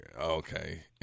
okay